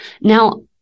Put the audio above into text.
Now